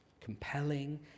compelling